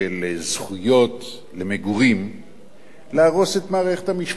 זכויות למגורים להרוס את מערכת המשפט.